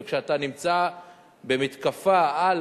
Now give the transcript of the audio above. וכשאתה נמצא במתקפה על